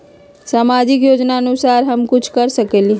सामाजिक योजनानुसार हम कुछ कर सकील?